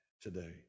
today